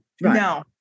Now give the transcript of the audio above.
no